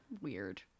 weird